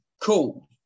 cool